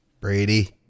Brady